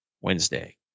Wednesday